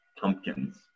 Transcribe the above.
pumpkins